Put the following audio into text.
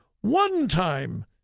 one-time